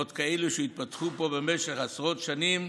ועוד כאלה שהתפתחו פה במשך עשרות שנים,